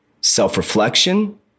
self-reflection